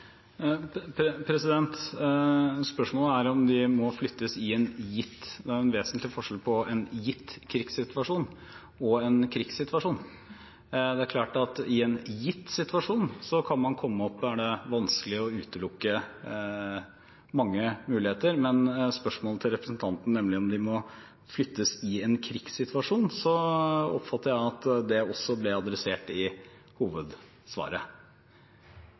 Spørsmålet er om de må flyttes i en gitt situasjon. Det er en vesentlig forskjell på en gitt krigssituasjon og en krigssituasjon. Det er klart at i en gitt situasjon er det vanskelig å utelukke mange muligheter, men spørsmålet fra representanten, nemlig om de må flyttes i en krigssituasjon, oppfatter jeg at ble adressert i hovedsvaret. Så